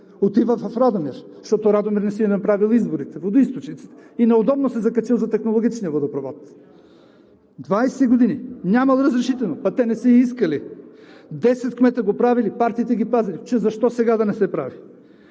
отива в Радомир, защото Радомир не си е направил изворите, водоизточниците и неудобно се е закачил за технологичния водопровод. Двадесет години! Нямало разрешително. Те не са и искали. Десет кмета го правили, партиите ги пазели. Че защо сега да не се прави?